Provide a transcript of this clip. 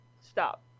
Stop